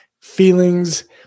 feelings